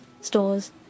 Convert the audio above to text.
stores